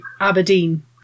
aberdeen